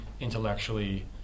intellectually